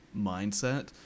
mindset